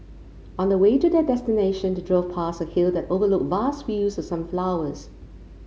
on the way to their destination they drove past a hill that overlooked vast fields of sunflowers